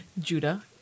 Judah